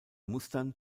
mustern